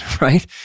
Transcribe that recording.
right